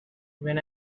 when